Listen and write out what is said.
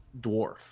dwarf